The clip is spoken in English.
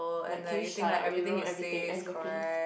like can you shut up you know everything exactly